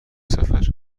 سفر